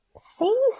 see